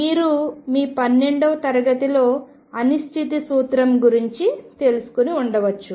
మీరు మీ 12వ తరగతిలో అనిశ్చితి సూత్రం గురించి తెలుసుకుని ఉండవచ్చు